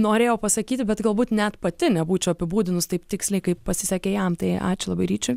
norėjau pasakyti bet galbūt net pati nebūčiau apibūdinus taip tiksliai kaip pasisekė jam tai ačiū labai ryčiui